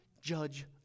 judge